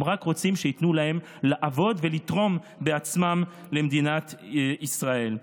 הם רק רוצים שייתנו להם לעבוד ולתרום בעצמם למדינת ישראל.